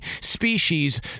species